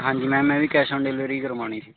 ਹਾਂਜੀ ਮੈਮ ਮੈਂ ਵੀ ਕੈਸ਼ ਓਨ ਡਿਲੀਵਰੀ ਕਰਵਾਉਣੀ ਸੀ